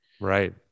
Right